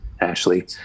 Ashley